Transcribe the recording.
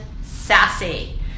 sassy